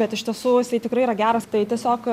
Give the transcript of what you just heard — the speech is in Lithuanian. bet iš tiesų jisai tikrai yra geras tai tiesiog